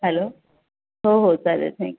hello हो हो चालेल थँक